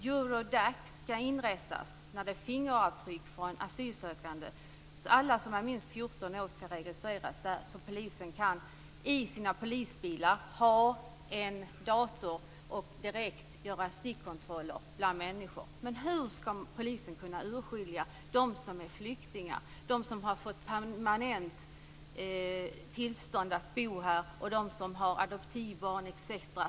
Eurodac skall inrättas med fingeravtryck från asylsökande. Alla som är minst 14 år skall registreras där så att polisen i sina polisbilar kan ha en dator och direkt göra stickprovskontroller bland människor. Men hur skall polisen kunna urskilja de som är flyktingar, de som har fått permanent tillstånd att bo här och de som har adoptivbarn etc?